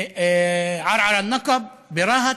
בערערה-בנגב, ברהט.